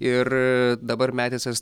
ir dabar metisas